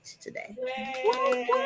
today